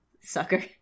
sucker